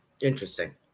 Interesting